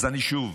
אז אני שוב